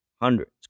Hundreds